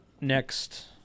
next